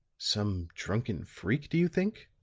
some drunken freak, do you think?